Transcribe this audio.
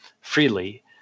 freely